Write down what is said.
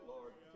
Lord